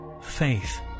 faith